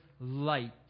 light